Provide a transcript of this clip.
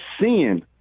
seeing